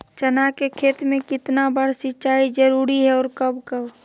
चना के खेत में कितना बार सिंचाई जरुरी है और कब कब?